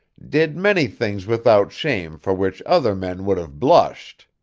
did many things without shame for which other men would have blushit.